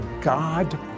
God